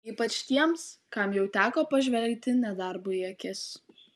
ypač tiems kam jau teko pažvelgti nedarbui į akis